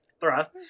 Thrust